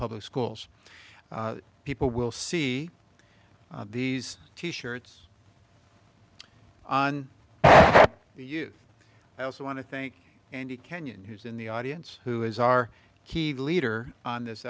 public schools people will see these t shirts on you i also want to thank andy kenyon who's in the audience who is our key leader on this